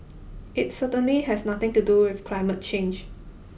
it certainly has nothing to do with climate change